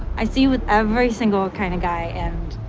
i see with every single kind of guy and.